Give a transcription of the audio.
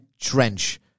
Trench